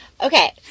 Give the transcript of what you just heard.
Okay